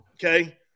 Okay